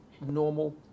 normal